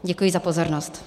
Děkuji za pozornost.